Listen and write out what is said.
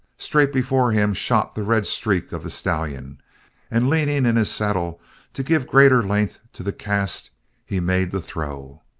straight before him shot the red streak of the stallion and leaning in his saddle to give greater length to the cast he made the throw.